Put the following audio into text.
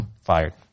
Fired